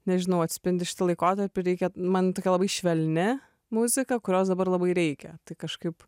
nežinau atspindi šitą laikotarpį reikia man tokia labai švelni muzika kurios dabar labai reikia tai kažkaip